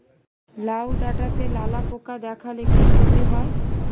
লাউ ডাটাতে লালা পোকা দেখালে কি ক্ষতি হয়?